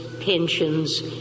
pensions